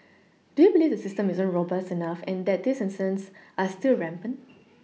do you believe the system isn't robust enough and that these incidents are still rampant